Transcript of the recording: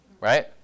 Right